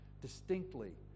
Distinctly